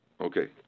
okay